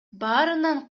баарынан